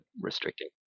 restricting